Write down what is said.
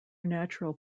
natural